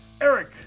Eric